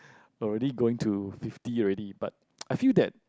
already going to fifty already but I feel that